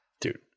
dude